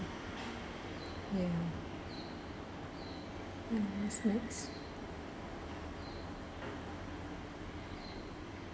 mm